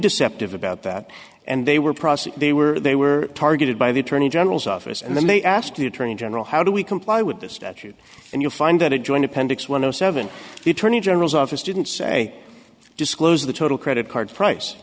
deceptive about that and they were process they were they were targeted by the attorney general's office and then they asked the attorney general how do we comply with this statute and you'll find that a joint appendix one o seven the attorney general's office didn't say disclose the total credit card price